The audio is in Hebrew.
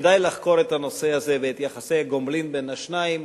כדאי לחקור את הנושא הזה ואת יחסי הגומלין בין השניים.